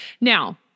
Now